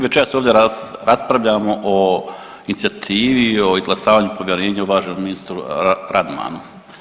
Večeras ovdje raspravljamo o inicijativi o izglasavanju povjerenja uvaženom ministru Radmanu.